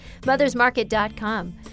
mothersmarket.com